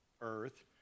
earth